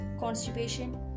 constipation